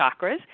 chakras